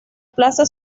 plaza